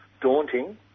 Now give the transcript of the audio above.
daunting